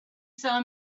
saw